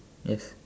yes